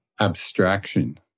abstraction